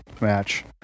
match